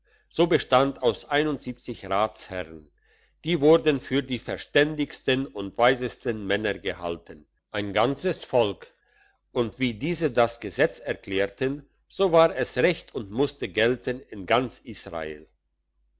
so bestand aus ratsherren die wurden für die verständigsten und weisesten männer gehalten ein ganzes volk und wie diese das gesetz erklärten so war es recht und musste gelten in ganz israel